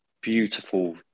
beautiful